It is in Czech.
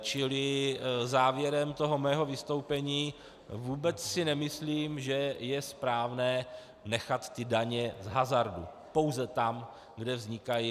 Čili závěrem mého vystoupení vůbec si nemyslím, že je správné nechat ty daně z hazardu pouze tam, kde vznikají.